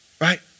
right